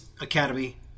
academy